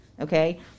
okay